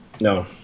no